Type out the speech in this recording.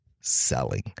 selling